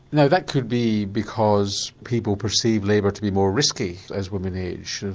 now that could be because people perceive labour to be more risky as women age,